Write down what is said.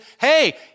hey